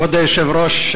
כבוד היושב-ראש,